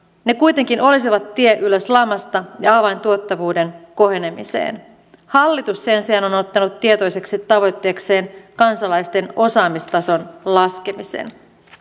ne kuitenkin olisivat tie ylös lamasta ja avain tuottavuuden kohenemiseen hallitus sen sijaan on ottanut tietoiseksi tavoitteekseen kansalaisten osaamistason laskemisen